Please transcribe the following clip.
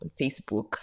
Facebook